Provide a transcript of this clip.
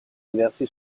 diversi